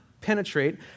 penetrate